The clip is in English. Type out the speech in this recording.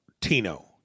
Tino